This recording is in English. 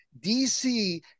DC